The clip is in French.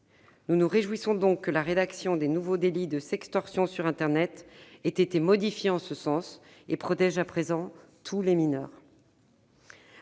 Nous nous réjouissons donc que la rédaction des nouveaux délits de « sextorsion » sur internet ait été modifiée et protège à présent tous les mineurs.